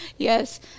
Yes